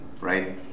right